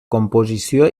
composició